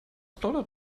plaudert